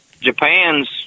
Japan's